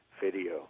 video